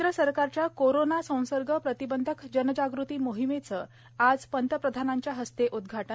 केंद्र सरकारच्या कोरोना संसर्ग प्रतिबंधक जनजागृती मोहिमेचं आज पंतप्रधानांच्या हस्ते उदघाटन